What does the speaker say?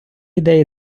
ідеї